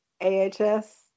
AHS